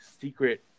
secret